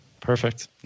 Perfect